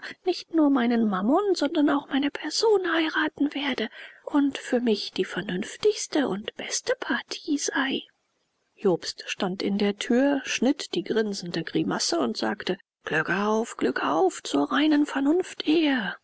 nicht nur meinen mammon sondern auch meine person heiraten werde und für mich die vernünftigste und beste partie sei jobst stand in der tür schnitt die grinsende grimasse und sagte glück auf glück auf zur reinen vernunftehe